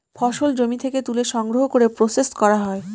ফসল জমি থেকে তুলে সংগ্রহ করে প্রসেস করা হয়